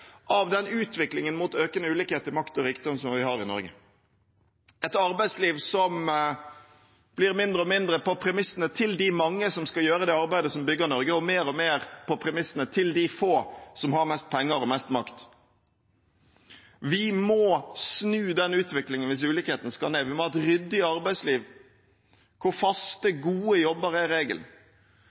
av den utviklingen mot økende ulikhet i makt og rikdom som vi har i Norge – et arbeidsliv som blir mindre og mindre på premissene til de mange som skal gjøre det arbeidet som bygger Norge, og mer og mer på premissene til de få som har mest penger og mest makt. Vi må snu den utviklingen hvis ulikhetene skal ned. Vi må ha et ryddig arbeidsliv hvor faste, gode jobber er regelen.